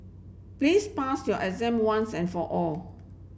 please pass your exam once and for all